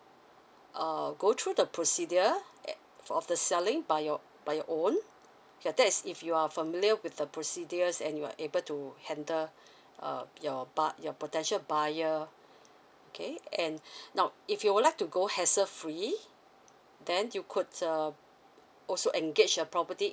uh go through the procedure eh of the selling by your by your own that's if you are familiar with the procedures and you're able to handle uh your buy~ your potential buyer okay and now if you would like to go hassle free then you could err also engage a property